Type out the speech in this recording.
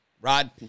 Rod